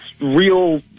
real